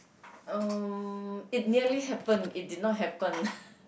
um it nearly happened it did not happen